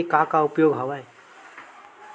चिकनी माटी के का का उपयोग हवय?